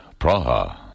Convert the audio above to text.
Praha